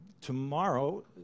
tomorrow